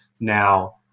Now